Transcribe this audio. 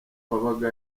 wabaga